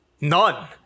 None